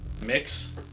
mix